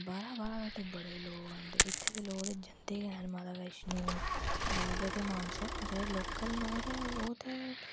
बाह्रा दे बड़े लोग आंदे इत्थैह् दे लोग ते जंदे गै न माता वैष्णो बावे ते मानसर जेड़े लोकल न ओह् ते ओह् ते